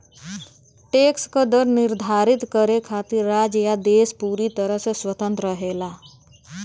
tax क दर निर्धारित करे खातिर राज्य या देश पूरी तरह से स्वतंत्र रहेला